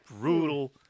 brutal